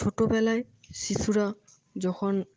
ছোটোবেলায় শিশুরা যখন